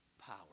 power